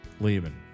leaving